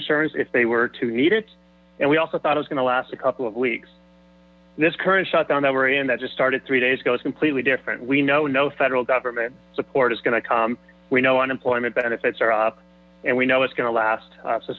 insurance if they were to need it and we also thought i was going to last a couple of weeks this current shutdown that we're in that just started three days ago is completely different we know no federal government support is going to come we know unemployment benefits are up and we know it's going to last